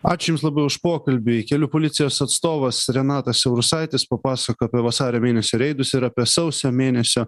ačiū jums labai už pokalbį kelių policijos atstovas renatas siaurusaitis papasakojo apie vasario mėnesio reidus ir apie sausio mėnesio